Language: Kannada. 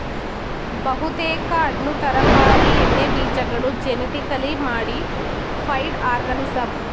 ಬಹುತೇಕ ಹಣ್ಣು ತರಕಾರಿ ಎಣ್ಣೆಬೀಜಗಳು ಜೆನಿಟಿಕಲಿ ಮಾಡಿಫೈಡ್ ಆರ್ಗನಿಸಂ